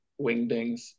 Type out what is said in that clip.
wingdings